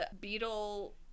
beetle